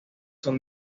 son